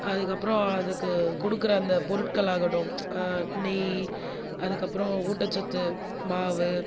அதுக்கு அப்புறம் அதுக்கு கொடுக்குற அந்த பொருள்கள் ஆகட்டும் நெய் அதுக்கு அப்புறம் ஊட்டசத்து மாவு